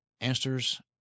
answers